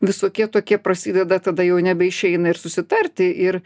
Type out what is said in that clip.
visokie tokie prasideda tada jau nebeišeina ir susitarti ir